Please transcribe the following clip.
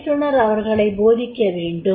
பயிற்றுனர் அவர்களை போதிக்கவேண்டும்